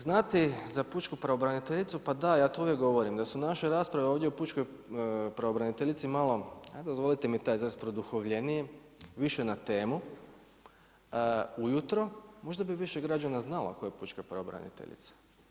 Znati za pučku pravobraniteljicu, pa da ja to uvijek govorim, da su naše rasprave ovdje o pučkoj pravobraniteljici malo dozvolite mi taj izraz produhovljenije više na temu ujutro možda bi više građana znalo tko je pučka pravobraniteljica.